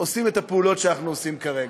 עושים את הפעולות שאנחנו עושים כרגע?